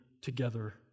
together